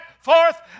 forth